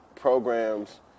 programs